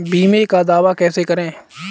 बीमे का दावा कैसे करें?